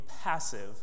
passive